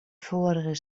foarige